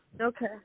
okay